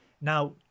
now